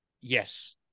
Yes